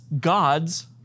God's